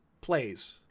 plays